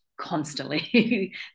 constantly